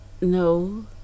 no